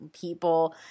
people